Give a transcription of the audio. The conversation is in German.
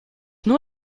nur